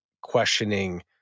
questioning